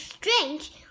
strange